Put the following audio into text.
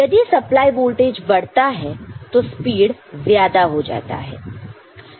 यदि supply voltage बढ़ता है तो स्पीड ज्यादा होता है